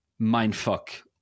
mindfuck